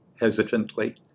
hesitantly